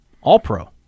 All-Pro